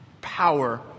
power